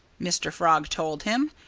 mr. frog told him.